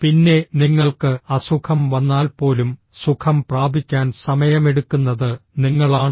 പിന്നെ നിങ്ങൾക്ക് അസുഖം വന്നാൽപ്പോലും സുഖം പ്രാപിക്കാൻ സമയമെടുക്കുന്നത് നിങ്ങളാണോ